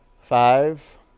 Five